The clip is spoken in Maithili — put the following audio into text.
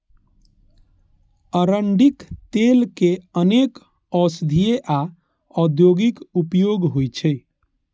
अरंडीक तेलक अनेक औषधीय आ औद्योगिक उपयोग होइ छै